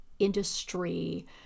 industry